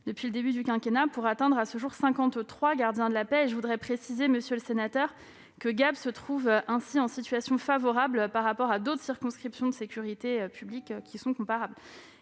depuis le début du quinquennat, pour atteindre à ce jour 53 gardiens de la paix. Je tiens à préciser, monsieur le sénateur, que Gap se trouve ainsi en situation favorable par rapport à d'autres circonscriptions de sécurité publique comparables.